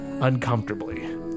Uncomfortably